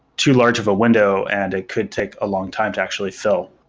too large of a window and it could take a long time to actually fill.